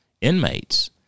inmates